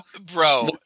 Bro